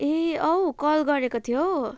ए औ कल गरेको थियौ